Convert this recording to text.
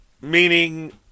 Meaning